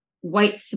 white